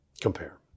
compare